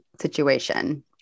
situation